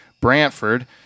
Brantford